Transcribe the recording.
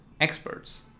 experts